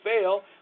fail